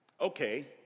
Okay